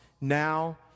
now